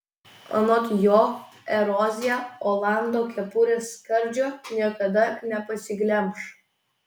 anot jo erozija olando kepurės skardžio niekada nepasiglemš